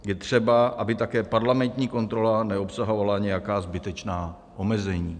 Je třeba, aby také parlamentní kontrola neobsahovala nějaká zbytečná omezení.